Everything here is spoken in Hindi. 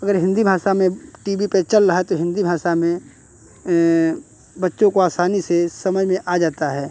अगर हिन्दी भाषा में टी वी पे चल रहा है तो हिन्दी भाषा में बच्चों को आसानी से समझ में आ जाता है